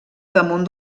damunt